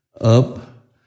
up